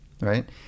right